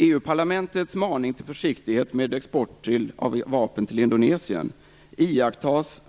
EU-parlamentets maning till försiktighet med export av vapen till Indonesien iakttas